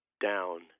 down